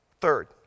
Third